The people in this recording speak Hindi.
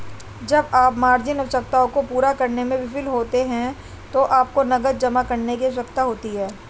जब आप मार्जिन आवश्यकताओं को पूरा करने में विफल होते हैं तो आपको नकद जमा करने की आवश्यकता होती है